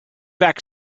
back